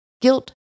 Guilt